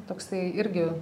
toksai irgi